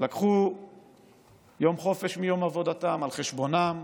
לקחו יום חופש מיום עבודתם, על חשבונם,